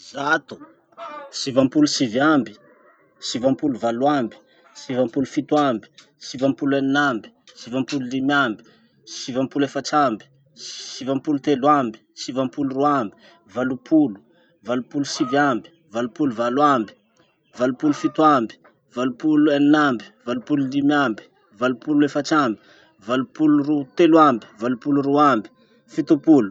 Zato, sivampolo sivy amby, sivampolo valo amby, sivampolo fito amby, sivampolo eny amby, sivampolo limy amby, sivampolo efatr'amby, sivampolo telo amby, sivampolo roa amby, valopolo, valopolo sivy amby, valopolo valo amby, valopolo fito amby, valopolo eny amby, valopolo limy amby, valopolo efatr'amby, valopolo ro- telo amby, valopolo roe amby, fitopolo.